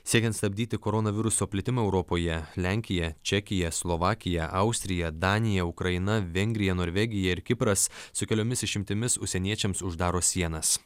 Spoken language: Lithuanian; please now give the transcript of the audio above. siekiant stabdyti koronaviruso plitimą europoje lenkija čekija slovakija austrija danija ukraina vengrija norvegija ir kipras su keliomis išimtimis užsieniečiams uždaro sienas